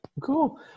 Cool